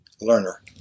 learner